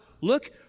look